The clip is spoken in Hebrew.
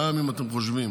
גם אם אתם חושבים